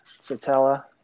Satella